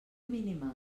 mínima